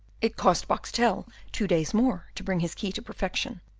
it cost boxtel two days more to bring his key to perfection,